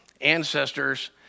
ancestors